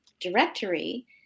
directory